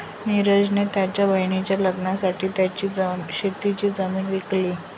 निरज ने त्याच्या बहिणीच्या लग्नासाठी त्याची शेतीची जमीन विकली